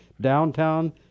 Downtown